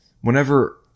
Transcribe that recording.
Whenever